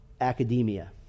academia